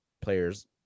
players